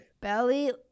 Belly